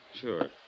Sure